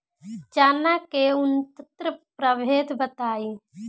चना के उन्नत प्रभेद बताई?